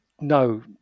no